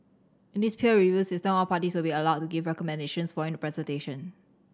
in this peer review system all parties will be allowed to give recommendations following the presentation